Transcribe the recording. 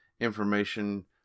information